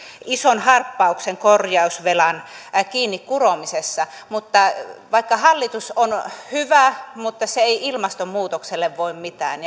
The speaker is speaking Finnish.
ison harppauksen korjausvelan kiinni kuromisessa mutta vaikka hallitus on hyvä se ei ilmastonmuutokselle voi mitään